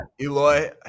Eloy